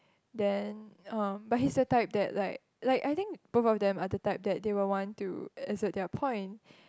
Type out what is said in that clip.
then um but he's the type that like like I think probably them are the type that are want to exert their point